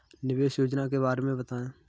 निवेश योजना के बारे में बताएँ?